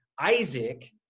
Isaac